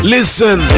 Listen